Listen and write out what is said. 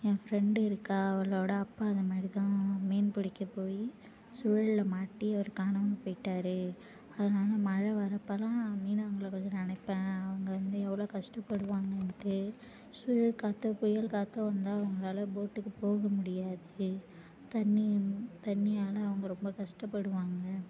ஏன் ஃபிரெண்டு இருக்கா அவளோட அப்பா இந்தமாதிரி தான் மீன் பிடிக்க போய் சுழலில் மாட்டி அவர் காணாமல் போயிவிட்டாரு அதனால் மழை வரப்போலாம் மீனவங்களை கொஞ்சம் நினைப்பேன் அவங்க வந்து எவ்வளோ கஷ்டப்படுவாங்கன்ட்டு சுழல் காத்தோ புயல் காத்தோ வந்தால் அவங்களால போட்டுக்கு போக முடியாது தண்ணி தண்ணியால் அவங்க ரொம்ப கஷ்டப்படுவாங்க